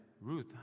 ruth